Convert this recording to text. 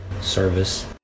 service